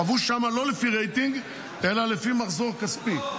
קבעו שם לא לפי רייטינג אלא לפי מחזור כספי.